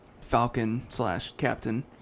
Falcon-slash-Captain